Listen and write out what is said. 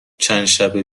چندشب